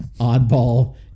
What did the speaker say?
Oddball